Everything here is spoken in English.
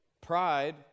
pride